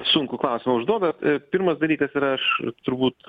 sunkų klausimą užduodat pirmas dalykas yra aš turbūt